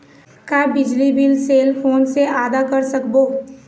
का बिजली bill cell phone से आदा कर सकबो?